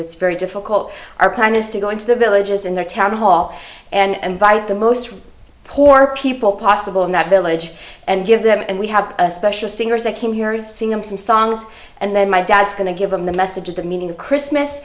it's very difficult our plan is to go into the villages in the town hall and buy the most poor people possible in that village and give them and we have a special singers i came here to sing them some songs and then my dad's going to give them the message of the meaning of christmas